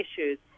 issues